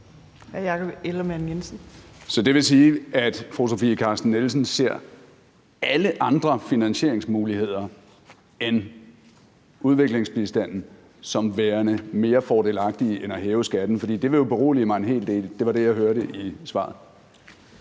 Det vil sige, at fru Sofie Carsten Nielsen ser alle andre finansieringsmuligheder end udviklingsbistanden som værende mere fordelagtige end at hæve skatten. Det vil jo berolige mig en hel del. Det var det, jeg hørte i svaret.